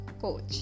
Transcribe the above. Coach